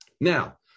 Now